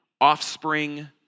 offspring